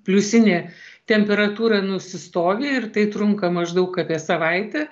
pliusinė temperatūra nusistovi ir tai trunka maždaug apie savaitę